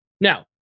Now